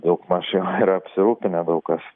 daug mažiau ir apsirūpinę daug kas